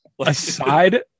Aside